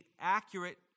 accurate